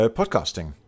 podcasting